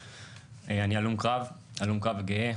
אני הלום קרב, הלום קרב וגאה.